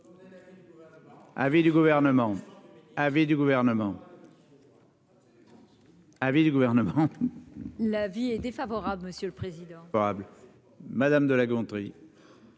l'avis du Gouvernement.